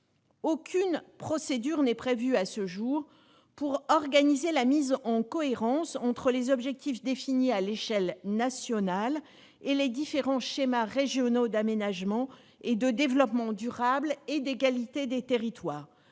aucune procédure n'est prévue à ce jour pour organiser la mise en cohérence des objectifs définis à l'échelle nationale et des différents schémas régionaux d'aménagement, de développement durable et d'égalité des territoires,